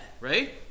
right